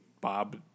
Bob